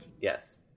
yes